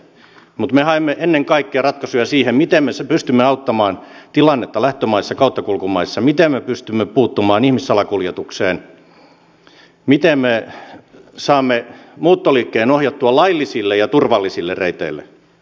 mutta me haemme ennen kaikkea ratkaisuja siihen miten me pystymme auttamaan tilannetta lähtömaissa kauttakulkumaissa miten me pystymme puuttumaan ihmissalakuljetukseen miten me saamme muuttoliikkeen ohjattua laillisille ja turvallisille reiteille